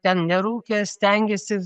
ten nerūkė stengėsi